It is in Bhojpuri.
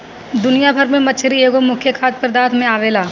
दुनिया भर में मछरी एगो मुख्य खाद्य पदार्थ में आवेला